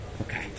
Okay